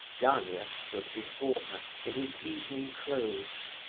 gania stood before her, in his evening clothes,